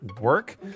work